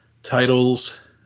Titles